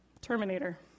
Terminator